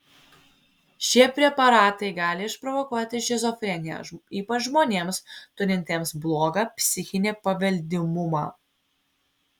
šie preparatai gali išprovokuoti šizofreniją ypač žmonėms turintiems blogą psichinį paveldimumą